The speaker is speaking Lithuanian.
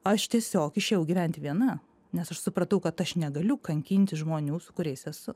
aš tiesiog išėjau gyventi viena nes aš supratau kad aš negaliu kankinti žmonių su kuriais esu